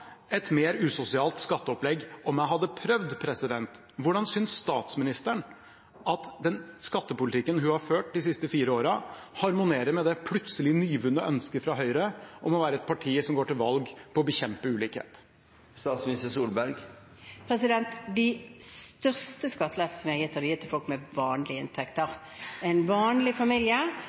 et mer usosialt skatteopplegg om jeg hadde prøvd. Hvordan synes statsministeren at den skattepolitikken hun har ført de siste fire åra, harmonerer med det plutselig nyvunne ønsket fra Høyre om å være partiet som går til valg på å bekjempe ulikhet. De største skattelettelsene som er gitt, er gitt til folk med vanlige inntekter. En vanlig familie